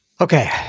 Okay